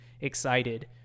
excited